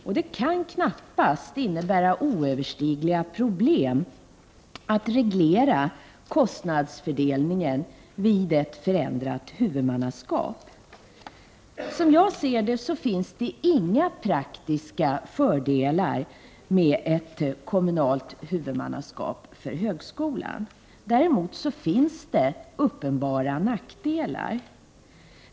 Dessutom kan det knappast innebära några oöverstigliga problem att reglera kostnadsfördelningen vid ett förändrat huvudmannaskap. Som jag ser det finns det inga praktiska fördelar med ett kommunalt huvudmannaskap för högskolan. Däremot finns det uppenbara nackdelar.